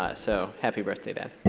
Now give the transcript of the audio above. ah so happy birthday, dad.